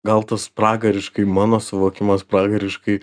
gal tas pragariškai mano suvokimas pragariškai